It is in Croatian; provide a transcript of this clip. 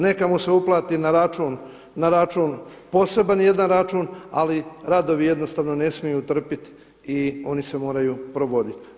Neka mu se uplati na račun poseban jedan račun, ali radovi jednostavno ne smiju trpiti i oni se moraju provoditi.